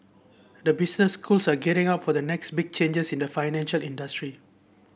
the business schools are gearing up for the next big changes in the financial industry